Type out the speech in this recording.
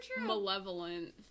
malevolent